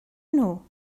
nhw